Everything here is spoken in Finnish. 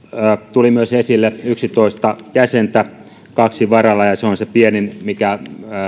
tuli myös esille yksitoista jäsentä kahdella varalla ja se on se pienin mikä